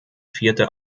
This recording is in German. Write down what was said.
vierte